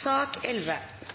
fra energi- og